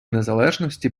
незалежності